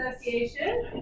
Association